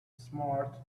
smart